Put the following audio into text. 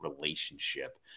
relationship